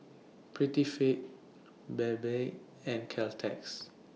Prettyfit Bebe and Caltex